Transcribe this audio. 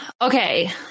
Okay